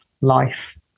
life